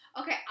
Okay